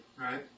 right